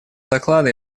доклада